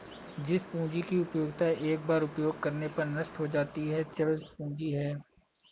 जिस पूंजी की उपयोगिता एक बार उपयोग करने पर नष्ट हो जाती है चल पूंजी है